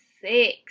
six